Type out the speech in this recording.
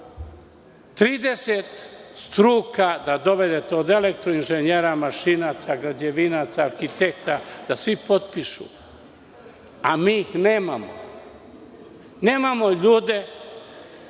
30 struka, od elektroinženjera, mašinaca, građevinaca, arhitekta, da svi potpišu, a mi ih nemamo? Nemamo ljude.